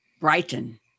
Brighton